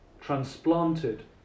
transplanted